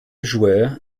joueur